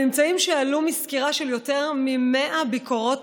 הממצאים שעלו מסקירה של יותר מ-100 ביקורות